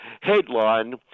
headline